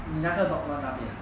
你那个 dog 乱大便 ah